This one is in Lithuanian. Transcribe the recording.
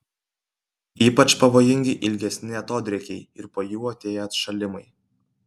ypač pavojingi ilgesni atodrėkiai ir po jų atėję atšalimai